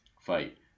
fight